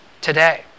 today